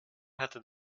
hatte